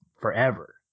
forever